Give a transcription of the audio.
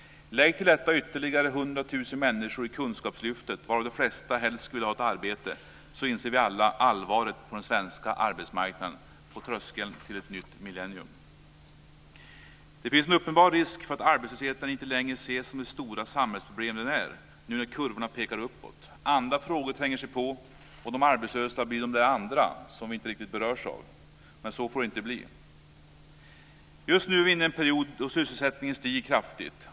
Lägg till detta ytterligare 100 000 människor i kunskapslyftet, varav de flesta helst skulle vilja arbeta, så inser vi alla allvaret på den svenska arbetsmarknaden, på tröskeln till ett nytt millennium. Det finns en uppenbar risk för att arbetslösheten inte längre ses som det stora samhällsproblem den är, nu när kurvorna pekar uppåt. Andra frågor tränger sig på. De arbetslösa blir "de andra", som vi inte riktigt berörs av. Men så får det inte bli. Just nu är vi inne i en period då sysselsättningen stiger kraftigt.